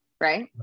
right